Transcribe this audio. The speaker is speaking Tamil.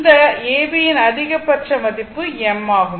இந்த A B யின் அதிகபட்ச மதிப்பு m ஆகும்